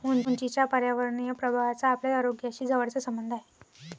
उंचीच्या पर्यावरणीय प्रभावाचा आपल्या आरोग्याशी जवळचा संबंध आहे